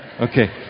Okay